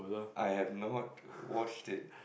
I have not watched it